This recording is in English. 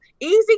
Easy